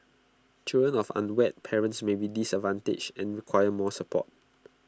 children of unwed parents may be disadvantaged and require more support